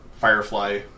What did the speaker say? firefly